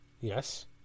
Yes